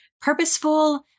purposeful